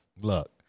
look